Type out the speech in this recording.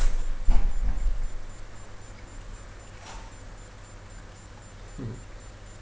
mm